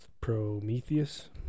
Prometheus